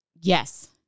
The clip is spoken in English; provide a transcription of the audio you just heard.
yes